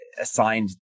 assigned